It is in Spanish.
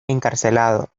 encarcelado